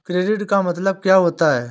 Credit का मतलब क्या होता है?